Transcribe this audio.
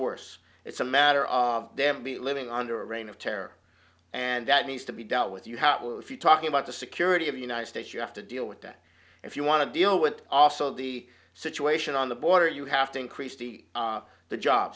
worse it's a matter of them be living under a reign of terror and that needs to be dealt with you how it will if you're talking about the security of the united states you have to deal with that if you want to deal with also the situation on the border you have to increase the